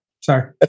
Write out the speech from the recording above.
Sorry